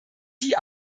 die